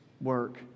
work